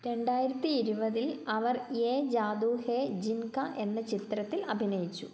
രണ്ടായിരത്തി ഇരുപതിൽ അവർ യേ ജാദു ഹേ ജിൻ കാ എന്ന ചിത്രത്തിൽ അഭിനയിച്ചു